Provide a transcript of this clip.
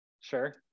sure